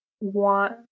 want